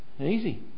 easy